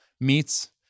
meats